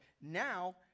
Now